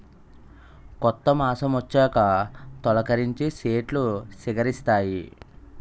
కొత్త మాసమొచ్చాక తొలికరించి సెట్లు సిగిరిస్తాయి